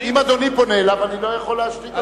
אם אדוני פונה אליו, אני לא יכול להשתיק אותו.